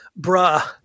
Bruh